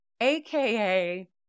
aka